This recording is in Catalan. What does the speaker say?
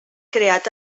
creat